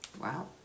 Wow